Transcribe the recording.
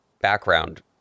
background